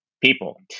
people